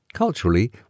Culturally